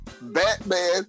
Batman